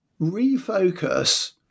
refocus